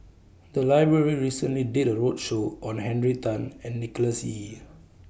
The Library recently did A roadshow on Henry Tan and Nicholas Ee